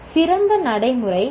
சிறந்த நடைமுறை ஐ